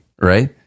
right